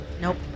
Nope